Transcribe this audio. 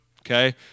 okay